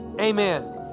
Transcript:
amen